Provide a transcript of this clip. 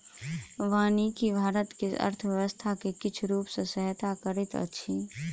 वानिकी भारत के अर्थव्यवस्था के किछ रूप सॅ सहायता करैत अछि